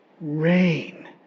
Rain